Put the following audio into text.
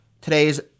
today's